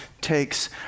takes